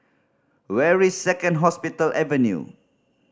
where is Second Hospital Avenue